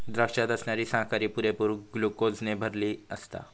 द्राक्षात असणारी साखर ही पुरेपूर ग्लुकोजने भरलली आसता